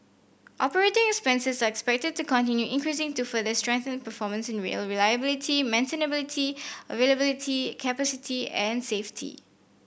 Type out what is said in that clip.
operating expenses are expected to continue increasing to further strengthen performance in rail reliability maintainability availability capacity and safety